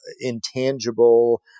intangible